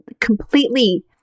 completely